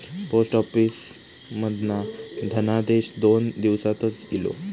post office मधना धनादेश दोन दिवसातच इलो